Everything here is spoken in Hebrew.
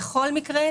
בכל מקרה,